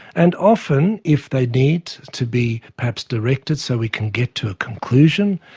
and often, if they need to be perhaps directed so we can get to a conclusion,